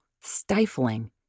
stifling